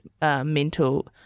mental